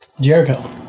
Jericho